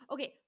Okay